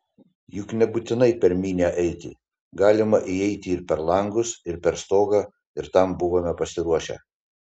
juk nebūtinai per minią eiti galima įeiti ir per langus ir per stogą ir tam buvome pasiruošę